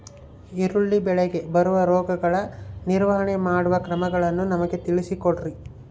ಈರುಳ್ಳಿ ಬೆಳೆಗೆ ಬರುವ ರೋಗಗಳ ನಿರ್ವಹಣೆ ಮಾಡುವ ಕ್ರಮಗಳನ್ನು ನಮಗೆ ತಿಳಿಸಿ ಕೊಡ್ರಿ?